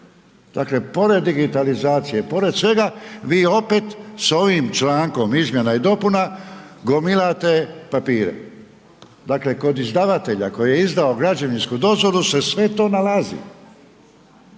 Dakle, pored digitalizacije, pored svega, vi opet s ovim člankom izmjena i dopuna gomilate papire. Dakle, kod izdavatelja koji je izdao građevinsku dozvolu se sve to nalazi.